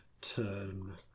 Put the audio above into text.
turn